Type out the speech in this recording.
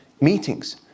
meetings